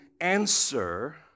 answer